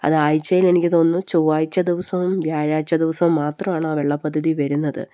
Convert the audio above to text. അത് ആഴ്ചയിൽ എനിക്ക് തോന്നുന്നു ചൊവ്വാഴ്ച ദിവസവും വ്യാഴാഴ്ച ദിവസവും മാത്രമാണ് ആ വെള്ള പദ്ധതി വരുന്നത്